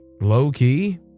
Low-key